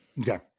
Okay